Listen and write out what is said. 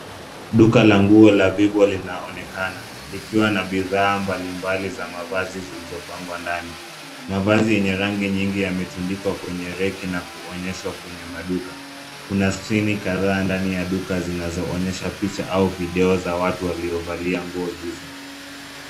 Duka la nguo la [VIVO] linaonekana likiwa na bidhaa mbalimbali za mavazi zilizopangwa ndani. Mavazi yenye rangi nyingi yametundikwa kwenye reki na kuonyeshwa kwenye maduka. Kuna skrini kadhaa kwenye duka zinazoonyesha picha au video za watu waliovalia nguo izo.